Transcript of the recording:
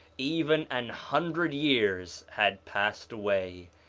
even an hundred years had passed away,